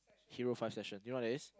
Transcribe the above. hero fun session you know what that is